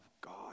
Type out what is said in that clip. God